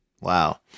wow